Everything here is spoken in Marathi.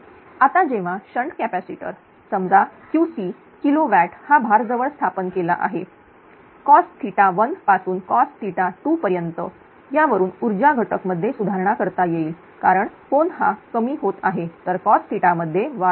आता जेव्हा शंट कॅपॅसिटर समजा QC किलो वॅट हा भार जवळ स्थापन केला आहे cos 1 पासूनcos2 पर्यंत यावरून ऊर्जा घटक मध्ये सुधारणा करता येईल कारण कोन हा कमी होत आहे तर cos मध्ये वाढ होईल